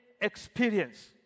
experience